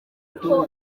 kuko